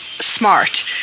smart